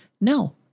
no